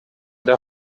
der